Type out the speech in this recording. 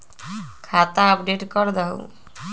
खाता अपडेट करदहु?